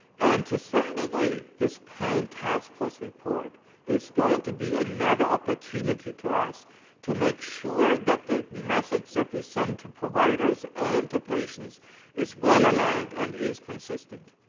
and to some degree, this pain taskforce report is going to be another opportunity for us to make sure that the message that we send to providers and to patients is well aligned and is consistent.